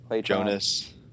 Jonas